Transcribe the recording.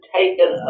taken